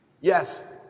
Yes